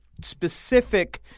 specific